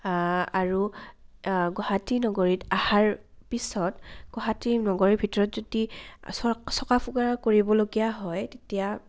আৰু গুৱাহাটী নগৰীত আহাৰ পিছত গুৱাহাটী নগৰ ভিতৰত যদি চ চকা ফুকা কৰিবলগীয়া হয় তেতিয়া